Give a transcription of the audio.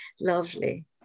lovely